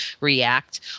react